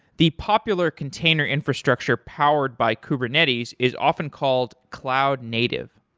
the popular container infrastructure powered by kubernetes is often called cloud native.